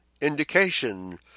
indication